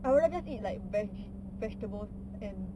I rather just eat like vege~ vegetables and